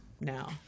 now